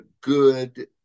good